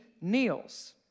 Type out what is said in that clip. kneels